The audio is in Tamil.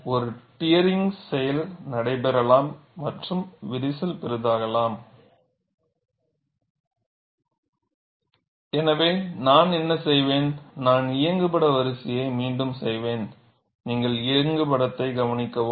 ஒரு டியரிங்க் செயல் நடைபெறலாம் மற்றும் விரிசல் பெரிதாகலாம் எனவே நான் என்ன செய்வேன் நான் இயங்குபட வரிசையை மீண்டும் செய்வேன் நீங்கள் கவனிக்கவும்